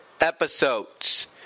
episodes